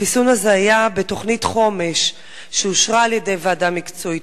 החיסון הזה היה בתוכנית חומש שאושרה על-ידי ועדה מקצועית,